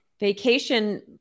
vacation